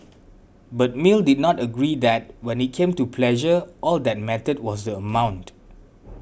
but Mill did not agree that when it came to pleasure all that mattered was the amount